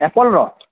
ଆପଲ୍ର